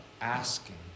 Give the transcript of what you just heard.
asking